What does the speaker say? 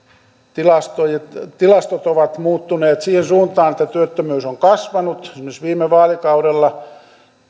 tilastot ovat muuttuneet siihen suuntaan että työttömyys on kasvanut esimerkiksi viime vaalikaudella